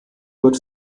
wird